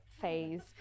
phase